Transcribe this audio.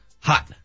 hot